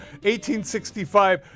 1865